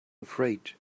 afraid